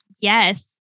Yes